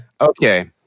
Okay